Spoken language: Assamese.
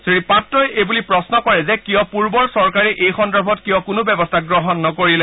শ্ৰীপাত্ৰই এইবুলি প্ৰশ্ন কৰে যে কিয় পূৰ্বৰ চৰকাৰে এই সন্দৰ্ভত কিয় কোনো ব্যৱস্থা গ্ৰহণ নকৰিলে